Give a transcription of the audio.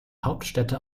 hauptstädte